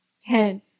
Ten